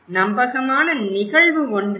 நம்பகமான நிகழ்வு ஒன்றே